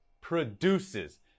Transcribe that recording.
produces